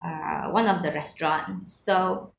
uh one of the restaurant so